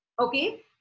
Okay